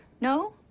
no